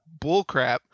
bullcrap